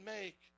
make